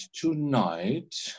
tonight